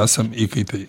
esam įkaitai